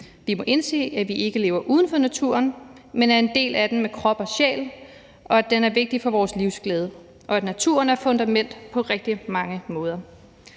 Vi må indse, at vi ikke lever uden for naturen, men er en del af den med krop og sjæl, og at den er vigtig for vores livsglæde, og at naturen er et fundament på rigtig mange måder.